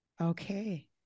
Okay